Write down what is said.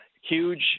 huge